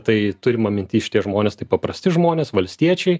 tai turima minty šitie žmonės tai paprasti žmonės valstiečiai